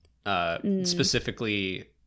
specifically